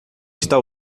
está